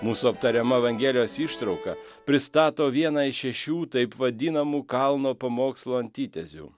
mūsų aptariama evangelijos ištrauka pristato vieną iš šešių taip vadinamų kalno pamokslo antitezių